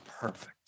perfect